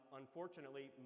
unfortunately